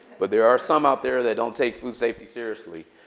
but there are some out there that don't take food safety seriously.